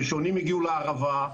הראשונים הגיעו לערבה,